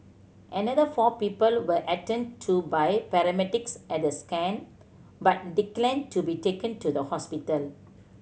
another four people were attended to by paramedics at the scene but declined to be taken to the hospital